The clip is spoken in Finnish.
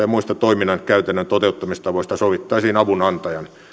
ja muista toiminnan käytännön toteuttamistavoista sovittaisiin avunantajan